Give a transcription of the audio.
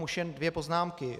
Už jen dvě poznámky.